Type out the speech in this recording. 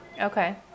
Okay